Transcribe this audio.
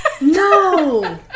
No